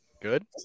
Good